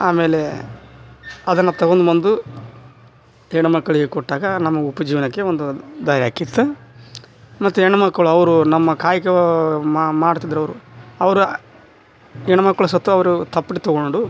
ಆಮೇಲೆ ಅದನ್ನ ತೊಗೊಂದು ಬಂದು ಹೆಣ್ಮಕ್ಕಳಿಗೆ ಕೊಟ್ಟಾಗ ನಮ್ಮ ಉಪ್ಜೀವನಕ್ಕೆ ಒಂದು ದಾರಿ ಆಕ್ಕಿತ್ತು ಮತ್ತು ಹೆಣ್ಮಕ್ಕಳು ಅವರು ನಮ್ಮ ಕಾಯಕ ಮಾಡ್ತಿದ್ರವರು ಅವರ ಹೆಣ್ಮಕ್ಳು ಸತ ಅವರು ತಪ್ಡಿ ತೊಗೊಂಡು